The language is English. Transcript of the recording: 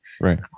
Right